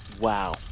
Wow